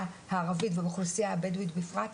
הערבית ובאוכלוסייה הבדואית בפרט.